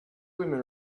women